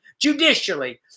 judicially